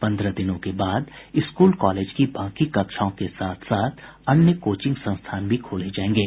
पन्द्रह दिनों के बाद स्कूल कॉलेज की बाकी कक्षाओं के साथ साथ अन्य कोचिंग संस्थान भी खोले जायेंगे